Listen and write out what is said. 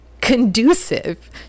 conducive